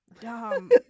dumb